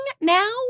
now